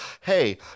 hey